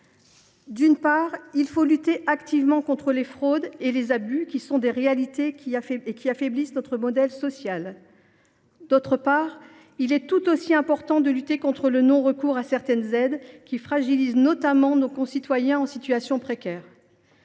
d’une part, il faut lutter activement contre les fraudes et les abus, qui sont des réalités et qui affaiblissent notre modèle social ; d’autre part, il est tout aussi important de lutter contre le non recours à certaines aides, qui fragilise notamment nos concitoyens en situation précaire.